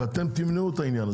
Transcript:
שאתם תמנעו את העניין הזה.